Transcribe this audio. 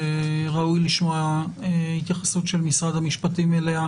שראוי לשמוע התייחסות של משרד המשפטים אליה,